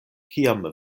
kiam